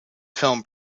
film